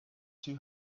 two